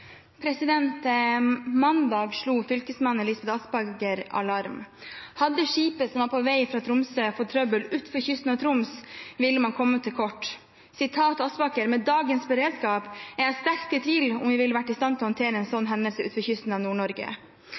Troms, ville man kommet til kort. Sitat Vik Aspaker: «Med dagens beredskap er jeg sterkt i tvil om vi ville vært i stand til å håndtere en slik hendelse utenfor kysten av